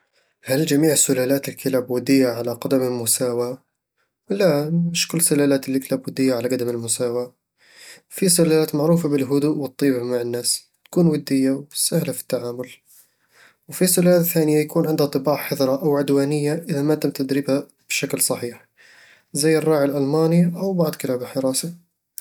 هل جميع سلالات الكلاب ودية على قدم المساواة؟ لا، مش كل سلالات الكلاب ودية على قدم المساواة في سلالات معروفة بالهدوء والطيبة مع الناس، تكون ودية وسهلة في التعامل وفي سلالات ثانية تكون عندها طباع حذرة أو عدوانية إذا ما تم تدريبها بالشكل الصحيح، زي الراعي الألماني أو بعض كلاب الحراسة